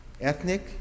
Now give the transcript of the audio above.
ethnic